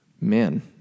Man